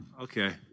Okay